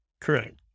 Correct